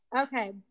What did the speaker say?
Okay